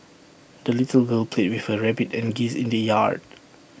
the little girl played with her rabbit and geese in the yard